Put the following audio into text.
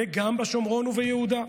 וגם בשומרון וביהודה.